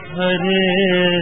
Hare